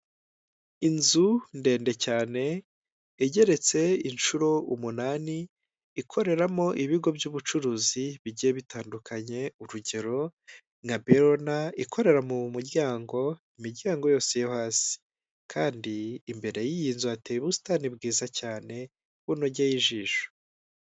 Inzu ndende cyane igeretse inshuro umunani, ikoreramo ibigo by'ubucuruzi bigiye bitandukanye, urugero nka Berona ikorera mu muryango, imiryango yose yo hasi kandi imbere y'iyi nzu hateye ubusitani bwiza cyane bunogeye ijisho.